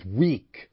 weak